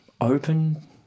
open